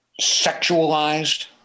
sexualized